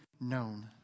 known